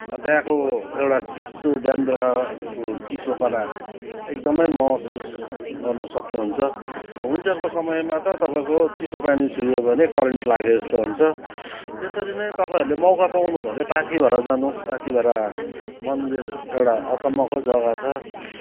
अब त्यहाँको एउटा चिसो बिहान बेलुकाको चिसोपना एकदमै महसुस गर्न सक्नुहुन्छ विन्टरको समयमा त तपाईँको चिसो पानी छोइयो भने करेन्ट लागेजस्तो हुन्छ त्यसरी नै तपाईँहरूले मौका पाउनुभयो भने पाथिभरा जानुहोस् पाथिभरा मन्दिर एउटा अचम्मको जग्गा छ